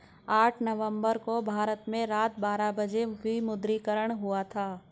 आठ नवम्बर को भारत में रात बारह बजे विमुद्रीकरण हुआ था